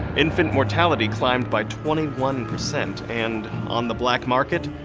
infant mortality climbed by twenty one percent and, on the black market,